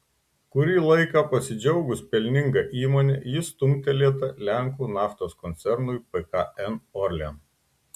kurį laiką pasidžiaugus pelninga įmone ji stumtelėta lenkų naftos koncernui pkn orlen